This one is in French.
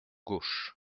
gauche